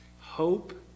Hope